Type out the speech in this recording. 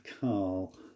Carl